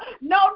No